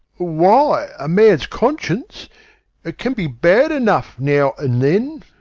why a man's conscience it can be bad enough now and then.